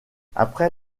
après